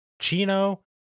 Chino